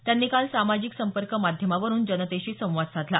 त्यांनी काल सामाजिक संपर्क माध्यमावरून जनतेशी संवाद साधला